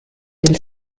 del